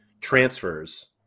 transfers